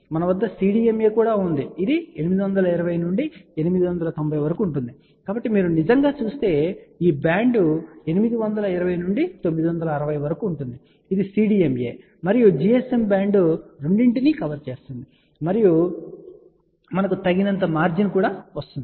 మన వద్ద CDMA కూడా ఉంది ఇది 820 నుండి 890 వరకు ఉంటుంది కాబట్టి మీరు నిజంగా చూస్తే ఈ బ్యాండ్ 820 నుండి 960 వరకు ఉంటుంది ఇది CDMA మరియు GSM 900 బ్యాండ్ రెండింటినీ కవర్ చేస్తుంది మరియు మాకు తగినంత మార్జిన్ కూడా వస్తుంది